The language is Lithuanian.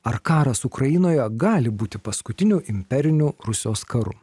ar karas ukrainoje gali būti paskutiniu imperiniu rusijos karu